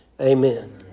Amen